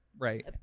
right